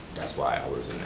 that's why i was in